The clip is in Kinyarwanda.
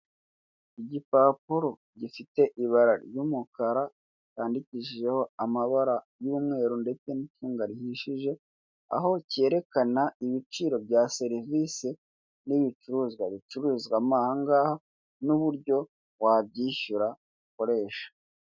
Igipapuro gifite nibara ry'umukara cyandikishijeho amabara y'umweru ndetse n'icunga rihishije aho kerekana ibiciro bya serivise n'ibicuruzwa bicuruzwamo agangaha n'uburyo wabyisyura ukoresha.